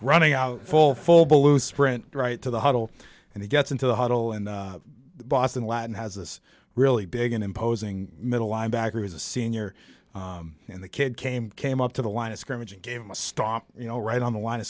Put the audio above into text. running out full full ballou sprint right to the huddle and he gets into the huddle and boston latin has this really big and imposing middle linebacker who's a senior and the kid came came up to the line of scrimmage and gave him a stop you know right on the line of